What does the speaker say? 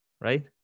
right